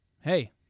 Hey